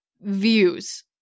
views